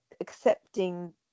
accepting